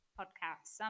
podcast